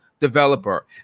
developer